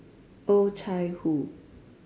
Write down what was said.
Oh Chai Hoo